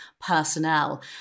personnel